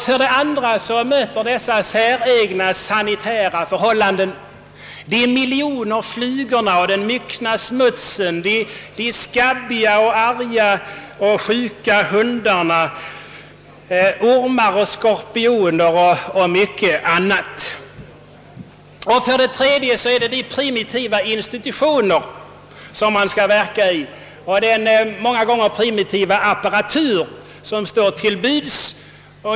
För det andra är.det de säregna sanitära förhållandena, de många miljonerna flugor, den myckna smutsen, de skabbiga, ilskna och sjuka hundarna, ormarna, skorpionerna och mycket annat. För det tredje är det de primitiva institutioner som man får verka i och den många gånger primitiva apparatur som står till buds.